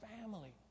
family